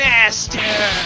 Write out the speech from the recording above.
Master